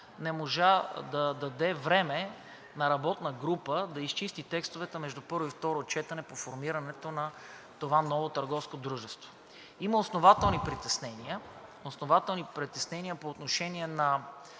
не можа да даде време на работна група да изчисти текстовете по първо и второ четене по формирането на това ново търговско дружество. Има основателни притеснения по отношение на